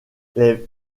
les